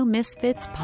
Misfits